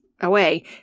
away